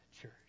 Church